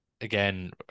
again